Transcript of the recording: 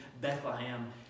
Bethlehem